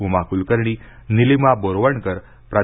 उमा क्लकर्णी नीलिमा बोरवणकर प्रा